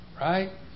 right